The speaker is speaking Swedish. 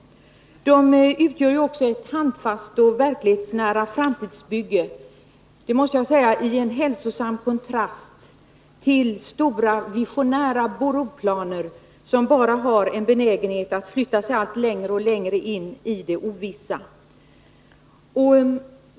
Sådana initiativ är också ett handfast och verklighetsnära framtidsbygge, att minska räntekostnaderna för småföretagare som står i en hälsosam kontrast till stora visionära broplaner, vilka har en benägenhet att flytta sig allt längre in i det ovissa.